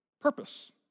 Purpose